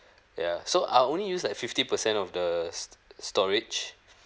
ya so I only use like fifty percent of the st~ storage